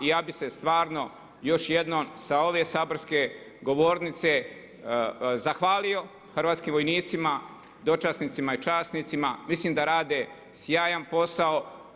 I ja bih se stvarno još jednom sa ove saborske govornice zahvalio hrvatskim vojnicima, dočasnicima i časnicima, mislim da rade sjajan posao.